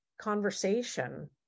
conversation